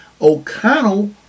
O'Connell